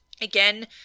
Again